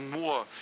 more